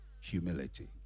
Humility